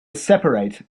separate